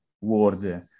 word